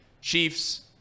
Chiefs